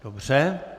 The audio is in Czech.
Dobře.